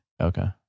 Okay